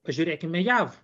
pažiūrėkime jav